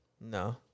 No